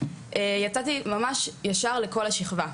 יצאתי ממש ישר לכל השכבה,